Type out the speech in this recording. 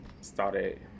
started